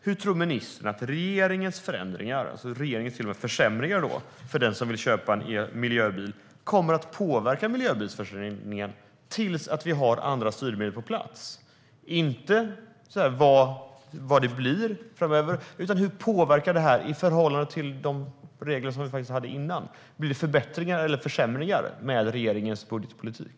Hur tror ministern att regeringens förändringar och till och med försämringar för den som vill köpa en miljöbil kommer att påverka miljöbilsförsäljningen tills vi har andra styrmedel på plats? Det gäller inte vad det blir framöver utan hur detta påverkar i förhållande till de regler som vi hade innan. Blir det förbättringar eller försämringar med regeringens budgetpolitik?